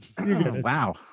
wow